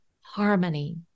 harmony